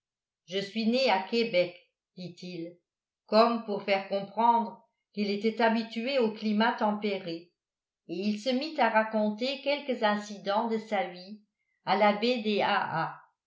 je suis né à québec dit-il comme pour faire comprendre qu'il était habitué aux climats tempérés et il se mit à raconter quelques incidents de sa vie à la baie